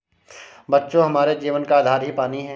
बच्चों हमारे जीवन का आधार ही पानी हैं